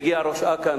מגיע ראש אכ"א,